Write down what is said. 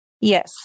Yes